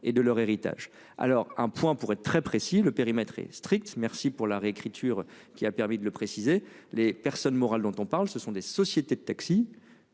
et de leur héritage alors un point pour être très précis, le périmètre est strict. Merci pour la réécriture qui a permis de le préciser les personnes morales dont on parle ce sont des sociétés de taxis